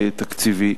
תקציבי.